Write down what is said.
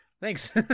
Thanks